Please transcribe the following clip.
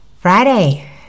Friday